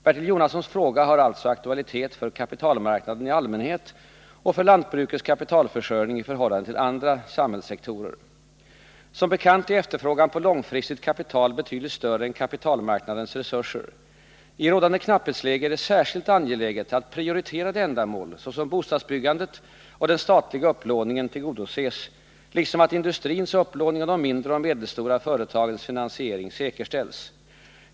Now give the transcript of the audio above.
Bertil Jonassons fråga har alltså aktualitet för kapitalmarknaden i allmänhet och för lantbrukets kapitalförsörjning i förhållande till andra samhällssektorer. Som bekant är efterfrågan på långfristigt kapital betydligt större än kapitalmarknadens resurser. I rådande knapphetsläge är det särskilt angeläget att prioriterade ändamål såsom bostadsbyggandet och den statliga upplåningen tillgodoses, liksom att industrins upplåning och de mindre och medelstora företagens finansiering säkerställs.